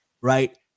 right